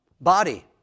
Body